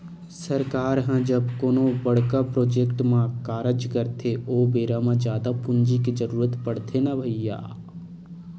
सरकार ह जब कोनो बड़का प्रोजेक्ट म कारज करथे ओ बेरा म जादा पूंजी के जरुरत पड़थे न भैइया